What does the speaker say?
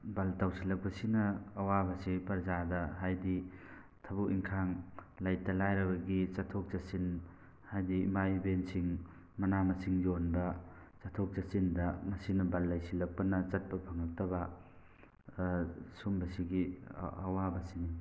ꯕꯟ ꯇꯧꯁꯤꯜꯂꯛꯄꯁꯤꯅ ꯑꯋꯥꯕꯁꯤ ꯄ꯭ꯔꯖꯥꯗ ꯍꯥꯏꯗꯤ ꯊꯕꯛ ꯏꯪꯈꯥꯡ ꯂꯩꯇ ꯂꯥꯏꯔꯕꯒꯤ ꯆꯠꯊꯣꯛ ꯆꯠꯁꯤꯟ ꯍꯥꯏꯗꯤ ꯏꯃꯥ ꯏꯕꯦꯟꯁꯤꯡ ꯃꯅꯥ ꯃꯁꯤꯡ ꯌꯣꯟꯕ ꯆꯠꯊꯣꯛ ꯆꯠꯁꯤꯟꯗ ꯃꯁꯤꯅ ꯕꯟ ꯂꯩꯁꯤꯜꯂꯛꯄꯅ ꯆꯠꯄ ꯐꯪꯉꯛꯇꯕ ꯁꯨꯝꯕꯁꯤꯒꯤ ꯑꯋꯥꯕꯁꯤꯡ